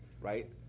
Right